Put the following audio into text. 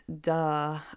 duh